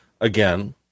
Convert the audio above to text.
again